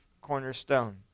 cornerstone